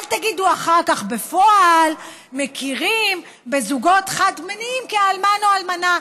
אל תגידו אחר כך: בפועל מכירים בזוגות חד-מיניים כאלמן או כאלמנה.